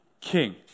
king